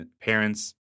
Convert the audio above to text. parents